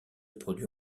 produit